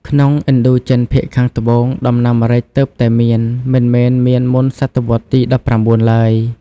ក្នុងឥណ្ឌូចិនភាគខាងត្បូង ដំណាំម្រេចទើបតែមាន មិនមែនមានមុនសតវត្សទី១៩ឡើយ។